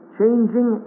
changing